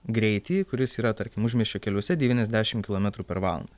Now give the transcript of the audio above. greitį kuris yra tarkim užmiesčio keliuose devyniasdešim kilometrų per valandą